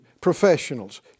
professionals